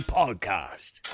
podcast